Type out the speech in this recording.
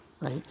right